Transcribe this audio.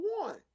one